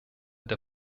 der